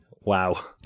Wow